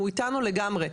הוא איתנו לגמרי,